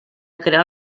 crear